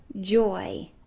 joy